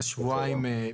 אסנת בנימין,